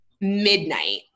midnight